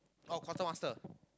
oh quartermaster